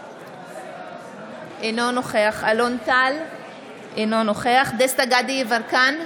אינו נוכח דסטה גדי יברקן,